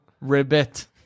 ribbit